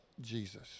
Jesus